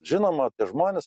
žinoma apie žmones